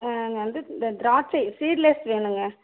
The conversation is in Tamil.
இந்த திராட்சை சீட்லெஸ் வேணுங்க